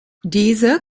diese